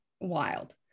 wild